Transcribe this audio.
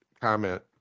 comment